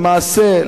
למעשה,